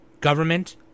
Government